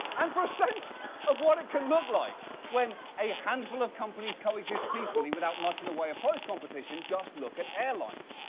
um for sense of what it can look like when a handful of companies co-exist peacefully without much in the way of price competition, just look at airlines.